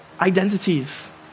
identities